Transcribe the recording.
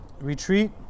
retreat